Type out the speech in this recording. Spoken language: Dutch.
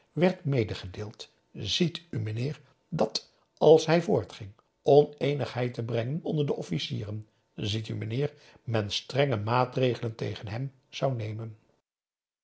werd medegedeeld ziet u meneer dat als hij voortging oneenigheid te brengen onder de officieren p a daum hoe hij raad van indië werd onder ps maurits ziet u meneer men strenge maatregelen tegen hem zou nemen